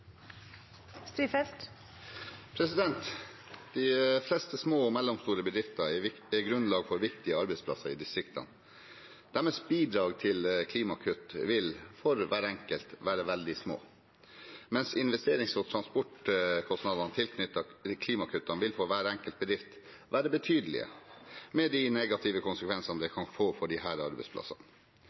De fleste små og mellomstore bedrifter er grunnlag for viktige arbeidsplasser i distriktene. Deres bidrag til klimakutt vil være veldig små for hver enkelt, mens investerings- og transportkostnadene tilknyttet klimakuttene vil være betydelige for hver enkelt bedrift – med de negative konsekvensene det kan få for disse arbeidsplassene.